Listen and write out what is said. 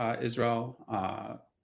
Israel